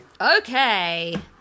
Okay